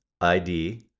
ID